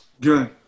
Good